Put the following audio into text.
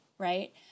Right